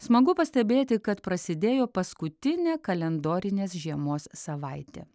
smagu pastebėti kad prasidėjo paskutinė kalendorinės žiemos savaitė